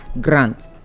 grant